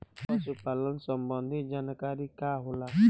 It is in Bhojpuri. पशु पालन संबंधी जानकारी का होला?